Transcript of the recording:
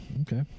Okay